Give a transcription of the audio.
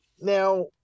now